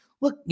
look